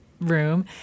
room